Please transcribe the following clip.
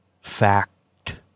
fact